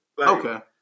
Okay